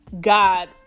God